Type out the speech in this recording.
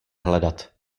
hledat